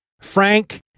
Frank